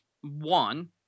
one